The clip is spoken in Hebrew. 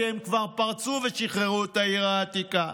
כי הם כבר פרצו ושחררו את העיר העתיקה,